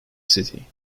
city